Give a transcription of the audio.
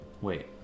Wait